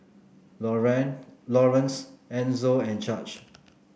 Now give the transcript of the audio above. Laurence Enzo and Judge